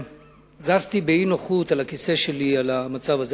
וזזתי באי-נוחות על הכיסא שלי, על המצב הזה.